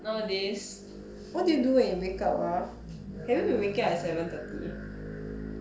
nowadays what do you do when you wake ah have you been waking up at seven thirty